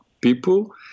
people